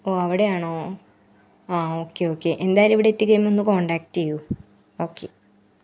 ഓ അവിടാണോ ആ okay okay എന്തായാലും ഇവിടെ എത്തിക്കഴിയുമ്പം ഒന്ന് കോണ്ടാക്ട് ചെയ്യു ഓക്കെ